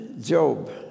Job